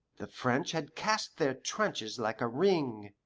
the french had cast their trenches like a ring,